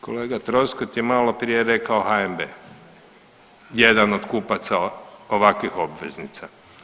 Kolega Troskot je maloprije rekao HNB jedan od kupaca ovakvih obveznica.